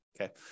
okay